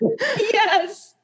Yes